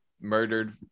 murdered